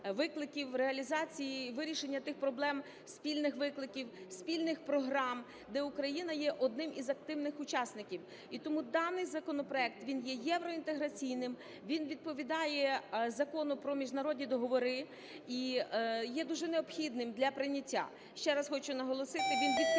викликів в реалізації, і вирішення тих проблем, спільних викликів, спільних програм, де Україна є одним із активних учасників. І тому даний законопроект він є євроінтеграційним, він відповідає Закону "Про міжнародні договори" і є дуже необхідним для прийняття. Ще раз хочу наголосити, він відкриває